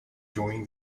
during